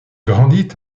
grandit